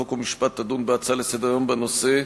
חוק ומשפט תדון בהצעה לסדר-היום בנושא: